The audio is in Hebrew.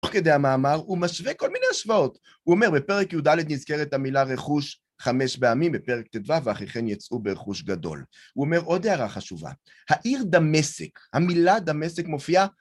תוך כדי המאמר הוא משווה כל מיני השוואות. הוא אומר בפרק י"ד נזכרת המילה רכוש חמש פעמים, בפרק ט"ו ואחרי כן יצאו ברכוש גדול. הוא אומר עוד הערה חשובה, העיר דמשק, המילה דמשק מופיעה